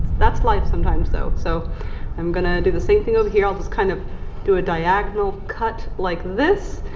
that's life sometimes, though. so i'm gonna do the same thing over here. i'll just kind of do a diagonal cut like this,